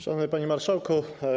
Szanowny Panie Marszałku!